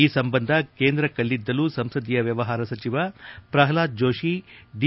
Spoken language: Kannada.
ಈ ಸಂಬಂಧ ಕೇಂದ್ರ ಕಲ್ಲಿದ್ದಲು ಸಂಸದೀಯ ವ್ಯವಹಾರ ಸಚಿವ ಪ್ರಹ್ಲಾದ್ ಜೋಷಿ ದಿ